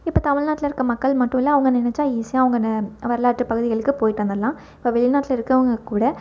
இப்போ தமிழ்நாட்டில் இருக்க மக்கள் மட்டும் இல்லை அவங்க நினச்சா ஈஸியாக அவங்க நெ வரலாற்றுப் பகுதிகளுக்கு போயிவிட்டு வந்தர்லாம் இப்போ வெளிநாட்டில் இருக்கவங்க கூட